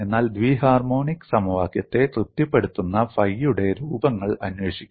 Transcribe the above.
എന്നാൽ ദ്വി ഹാർമോണിക് സമവാക്യത്തെ തൃപ്തിപ്പെടുത്തുന്ന ഫൈയുടെ രൂപങ്ങൾ അന്വേഷിക്കും